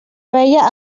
paella